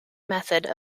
method